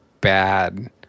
bad